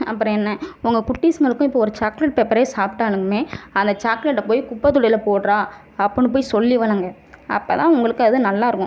அப்புறம் என்ன உங்கள் குட்டிஸ்ங்களுக்கு இப்போ ஒரு சாக்லேட் பேப்பரை சாப்பிட்டாலுமே அந்த சாக்குலேட்டை போய் குப்பைதொட்டில போய் போட்றா அப்படின்னு போய் சொல்லி வளருங்க அப்போதான் அது உங்களுக்கு அது நல்லா இருக்கும்